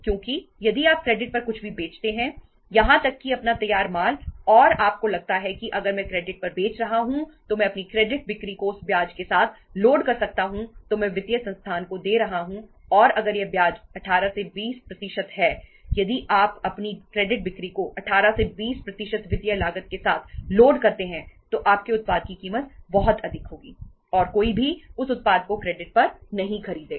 क्योंकि यदि आप क्रेडिट पर कुछ भी बेचते हैं यहां तक कि अपना तैयार माल और आपको लगता है कि अगर मैं क्रेडिट पर बेच रहा हूं तो मैं अपनी क्रेडिट बिक्री को उस ब्याज के साथ लोड कर सकता हूं जो मैं वित्तीय संस्थान को दे रहा हूं और अगर यह ब्याज 18 20 प्रतिशत है यदि आप अपनी क्रेडिट बिक्री को 18 से 20 प्रतिशत वित्तीय लागत के साथ लोड करते हैं तो आपके उत्पाद की कीमत बहुत अधिक होगी और कोई भी उस उत्पाद को क्रेडिट पर भी नहीं खरीदेगा